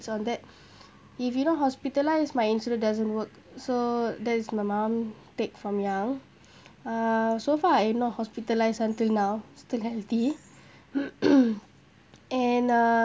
so on that if you not hospitalised my insurance doesn't work so that is my mum take from young uh so far I've not hospitalised until now still healthy and uh